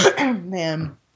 Man